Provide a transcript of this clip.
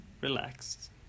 relaxed